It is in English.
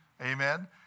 Amen